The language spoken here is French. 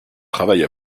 travaille